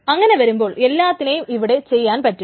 അങ്ങനെ വരുമ്പോൾ എല്ലാത്തിനേയും ഇവിടെ ചെയ്യാൻ പറ്റും